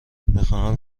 میخواهم